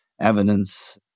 evidence